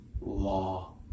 law